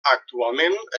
actualment